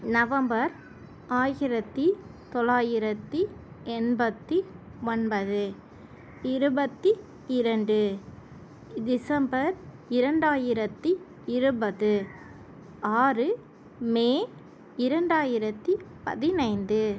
November ஆயிரத்து தொள்ளாயிரத்து எண்பத்து ஒன்பது இருபத்து இரண்டு டிசம்பர் இரண்டாயிரத்து இருபது ஆறு மே இரண்டாயிரத்து பதினைந்து